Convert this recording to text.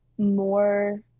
more